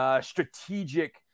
strategic